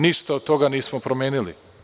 Ništa od toga nismo promenili.